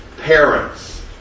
parents